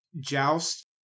Joust